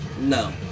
No